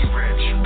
rich